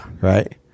Right